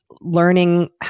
learning